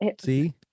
See